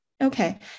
Okay